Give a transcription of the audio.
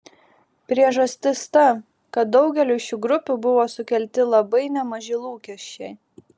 priežastis ta kad daugeliui šių grupių buvo sukelti labai nemaži lūkesčiai